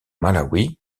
malawi